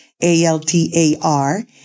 A-L-T-A-R